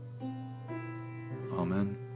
Amen